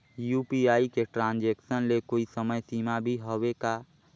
UPI के transaction ले कोई समय सीमा भी हवे का?